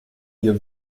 ihr